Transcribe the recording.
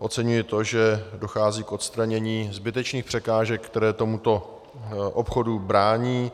Oceňuji to, že dochází k odstranění zbytečných překážek, které tomuto obchodu brání.